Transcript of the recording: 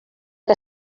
que